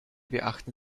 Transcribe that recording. beachten